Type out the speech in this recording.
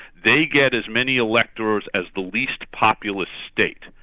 they get as many electors as the least populist state,